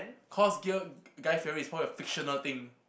cause gear guy-fieri is for your fictional thing